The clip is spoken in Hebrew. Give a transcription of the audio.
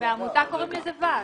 בעמותה קוראים לזה ועד.